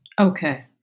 Okay